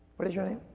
what is your name?